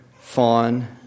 Fawn